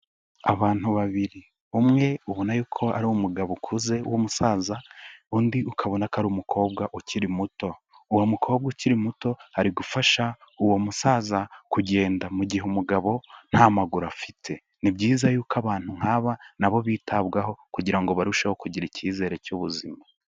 Abantu babiri, umwe ubona yuko ari umugabo ukuze w'umusaza, undi ukabona ko ari umukobwa ukiri muto. Uwo mukobwa ukiri muto, ari gufasha uwo musaza kugenda, mu gihe umugabo nta maguru afite. Ni byiza yuko abantu nk'aba na bo bitabwaho kugira ngo barusheho kugira icyizere cy'ubuzima.